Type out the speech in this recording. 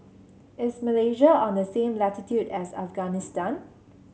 is Malaysia on the same latitude as Afghanistan